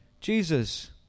Jesus